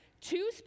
two